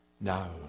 now